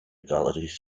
galleries